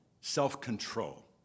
self-control